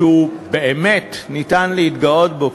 שבאמת אפשר להתגאות בו,